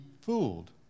fooled